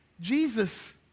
Jesus